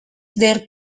their